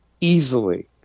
easily